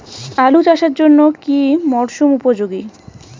আলু চাষের জন্য কি মরসুম উপযোগী?